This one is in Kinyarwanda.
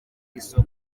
isoko